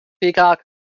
Peacock